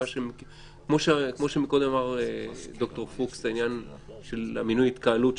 כמו שקודם אמר ד"ר פוקס לגבי התקהלות,